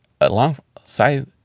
alongside